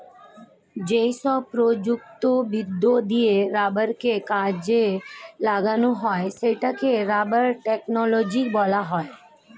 যেসব প্রযুক্তিবিদ্যা দিয়ে রাবারকে কাজে লাগানো হয় সেটাকে রাবার টেকনোলজি বলা হয়